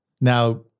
Now